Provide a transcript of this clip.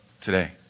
today